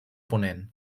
ponent